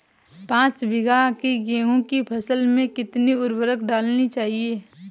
पाँच बीघा की गेहूँ की फसल में कितनी उर्वरक डालनी चाहिए?